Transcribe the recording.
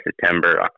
September